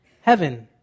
Heaven